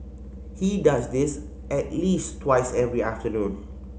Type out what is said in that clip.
he does this at least twice every afternoon